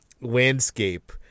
landscape